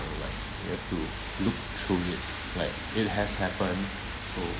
like you have to look through it like it has happened so